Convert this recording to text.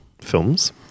films